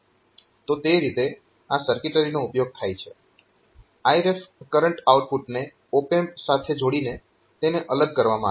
તો તે રીતે આ સર્કિટરીનો ઉપયોગ થાય છે Iref કરંટ આઉટપુટને ઓપ એમ્પ સાથે જોડીને તેને અલગ કરવામાં આવે છે